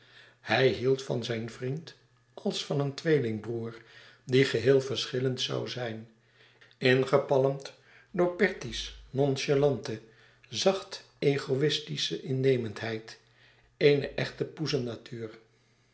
hij hield van zijn vriend als van een tweelingbroeder die geheel verschillend zoû zijn ingepalmd door bertie's nonchalante zacht egoïstische innemendheid eene echte